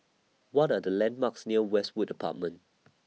What Are The landmarks near Westwood Apartments